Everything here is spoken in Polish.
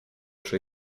czy